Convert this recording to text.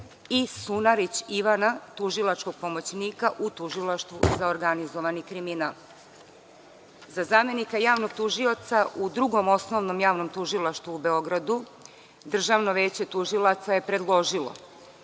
i Sunarić Ivana, tužilačkog pomoćnika u Tužilaštvu za organizovani kriminal.Za zamenika javnog tužioca u Drugom osnovnom javnom tužilaštvu u Beogradu Državno veće tužilaca je predložilo: